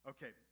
Okay